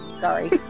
Sorry